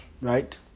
right